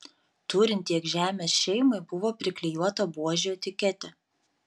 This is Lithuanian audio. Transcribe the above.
turint tiek žemės šeimai buvo priklijuota buožių etiketė